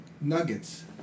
nuggets